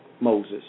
Moses